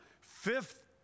fifth